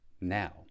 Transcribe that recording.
now